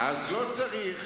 אז לא צריך,